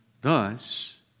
Thus